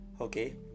Okay